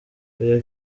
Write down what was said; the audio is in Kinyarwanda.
oya